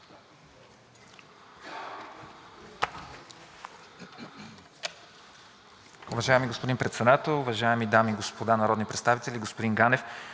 Уважаеми господин Председател, уважаеми дами и господа народни представители! Господин Ганев,